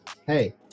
Hey